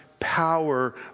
Power